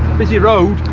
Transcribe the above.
busy road!